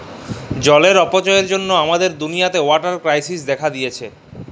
জলের অপচয়ের জ্যনহে আমাদের দুলিয়াতে ওয়াটার কেরাইসিস্ দ্যাখা দিঁয়েছে